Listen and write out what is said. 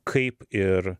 kaip ir